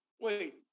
wait